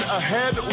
ahead